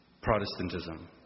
Protestantism